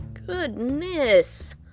goodness